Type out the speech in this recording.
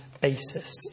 basis